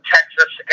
Texas